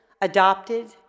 adopted